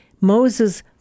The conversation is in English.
Moses